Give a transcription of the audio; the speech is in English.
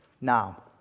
Now